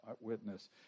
witness